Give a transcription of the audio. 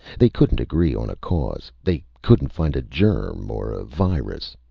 they couldn't agree on a cause, they couldn't find a germ or a virus.